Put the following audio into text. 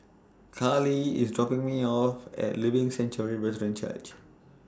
Carlee IS dropping Me off At Living Sanctuary Brethren Church